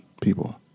people